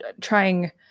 trying